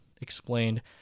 explained